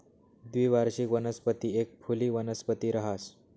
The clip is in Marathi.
द्विवार्षिक वनस्पती एक फुली वनस्पती रहास